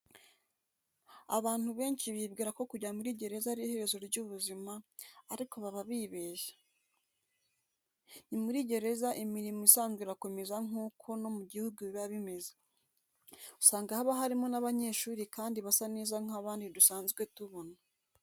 Abantu benshi bibwira ko kujya muri gereza ari iherezo ry'ubuzima, ariko baba bibeshya. Ni muri gereza imirimo isanzwe irakomeza nk'uko no mu gihugu biba bimeze. Usanga haba harimo n'abanyeshuri kandi basa neza nk'abandi dusanzwe tubona.